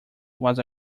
was